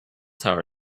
tower